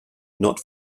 not